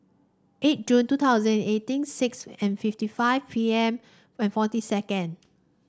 eight June two thousand and eighteen six and fifty five P M and fourteen second